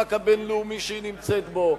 במאבק הבין-לאומי שהיא נמצאת בו,